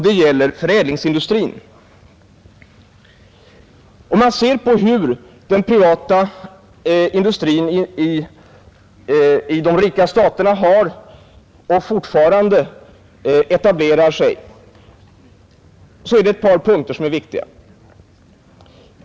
Det gäller förädlingsindustrin. Låt oss se på hur den privata industrin i de rika staterna har etablerat sig i u-länderna och fortfarande etablerar sig! Det är ett par punkter som är viktiga där.